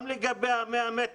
גם לגבי ה-100 מטרים,